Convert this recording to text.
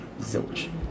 zilch